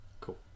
Cool